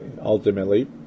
Ultimately